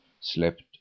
slept